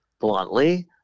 bluntly